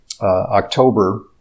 October